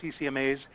CCMAs